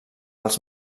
als